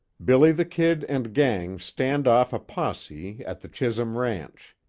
billy the kid and gang stand off a posse at the chisum ranch.